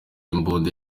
imbunda